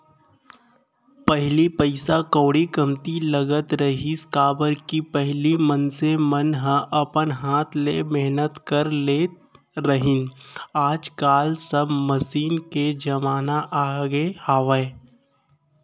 पहिली पइसा कउड़ी कमती लगत रहिस, काबर कि पहिली मनसे मन ह अपन हाथे ले मेहनत कर लेत रहिन आज काल सब मसीन के जमाना आगे हावय